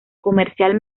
comercial